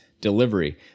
Delivery